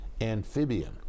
amphibian